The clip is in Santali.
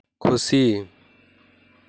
ᱠᱷᱩᱥᱤ